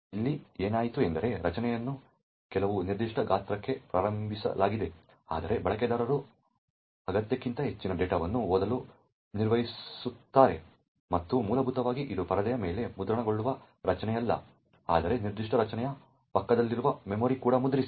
ಇಲ್ಲಿ ಏನಾಯಿತು ಎಂದರೆ ರಚನೆಯನ್ನು ಕೆಲವು ನಿರ್ದಿಷ್ಟ ಗಾತ್ರಕ್ಕೆ ಪ್ರಾರಂಭಿಸಲಾಗಿದೆ ಆದರೆ ಬಳಕೆದಾರರು ಅಗತ್ಯಕ್ಕಿಂತ ಹೆಚ್ಚಿನ ಡೇಟಾವನ್ನು ಓದಲು ನಿರ್ವಹಿಸುತ್ತಿದ್ದಾರೆ ಮತ್ತು ಮೂಲಭೂತವಾಗಿ ಇದು ಪರದೆಯ ಮೇಲೆ ಮುದ್ರಣಗೊಳ್ಳುವ ರಚನೆಯಲ್ಲ ಆದರೆ ನಿರ್ದಿಷ್ಟ ರಚನೆಯ ಪಕ್ಕದಲ್ಲಿರುವ ಮೆಮೊರಿ ಕೂಡ ಮುದ್ರಿಸಿ